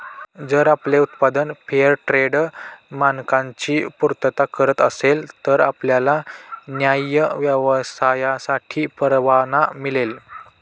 जर आपले उत्पादन फेअरट्रेड मानकांची पूर्तता करत असेल तर आपल्याला न्याय्य व्यापारासाठी परवाना मिळेल